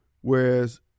whereas